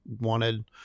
wanted